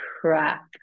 crap